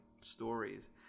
stories